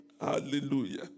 Hallelujah